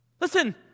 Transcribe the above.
Listen